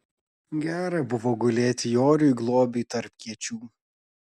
gera buvo gulėti joriui globiui tarp kiečių